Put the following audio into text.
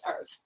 earth